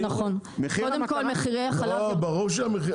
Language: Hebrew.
ברור,